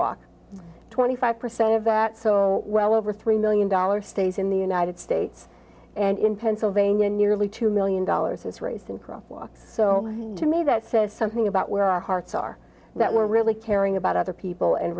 was twenty five percent of that so well over three million dollars stays in the united states and in pennsylvania nearly two million dollars is raised in prof walks so to me that says something about where our hearts are that we're really caring about other people and